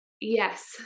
yes